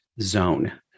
zone